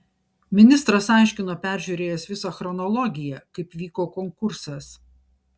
ministras aiškino peržiūrėjęs visą chronologiją kaip vyko konkursas